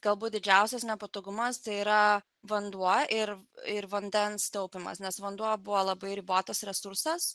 galbūt didžiausias nepatogumas tai yra vanduo ir ir vandens taupymas nes vanduo buvo labai ribotas resursas